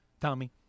Tommy